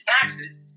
taxes